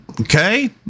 okay